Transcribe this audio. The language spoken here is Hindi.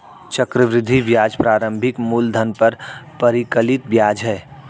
चक्रवृद्धि ब्याज प्रारंभिक मूलधन पर परिकलित ब्याज है